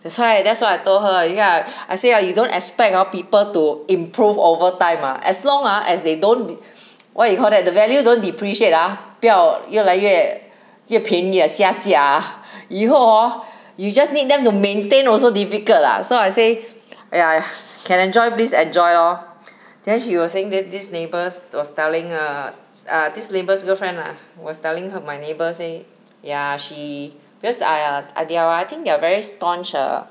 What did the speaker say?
that's why that's why I told her ya I say ah you don't expect ah people to improve over time uh as long as they don't what you call that the value don't depreciate ah 不要越来越越便宜啊下价啊 以后 hor you just need them to maintain also difficult lah so I say !aiya! can enjoy please enjoy lor then she was saying that this neighbours was telling her these neighbour's girlfriend lah was telling her my neighbour say yeah she because I ah already I think they're very staunch ah